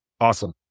Awesome